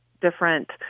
different